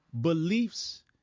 beliefs